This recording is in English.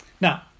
Now